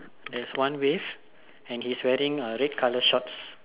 there's one wave and he's wearing red colour shorts